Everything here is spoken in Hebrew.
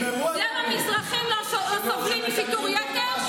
המזרחים לא סובלים משיטור יתר?